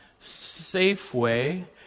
Safeway